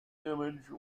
image